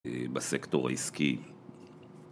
בסקטור העסקי